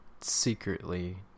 secretly